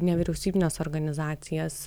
nevyriausybines organizacijas